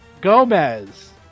Gomez